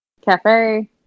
Cafe